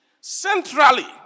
centrally